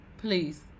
Please